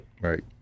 Right